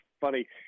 funny